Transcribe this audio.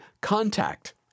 Contact